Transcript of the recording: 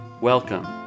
Welcome